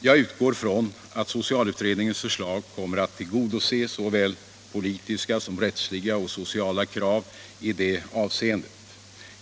Jag utgår från att socialutredningens förslag kommer att tillgodose såväl politiska som rättsliga och sociala krav i det avseendet.